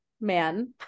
man